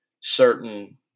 certain